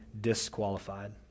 disqualified